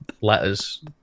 letters